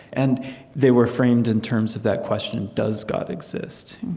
and they were framed in terms of that question, does god exist?